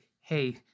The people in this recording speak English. hey